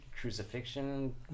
crucifixion